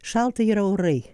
šalta yra orai